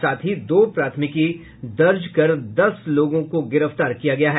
साथ ही दो प्राथमिकी दर्ज कर दस लोगों को गिरफ्तार किया गया है